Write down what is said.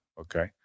Okay